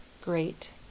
Great